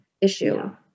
issue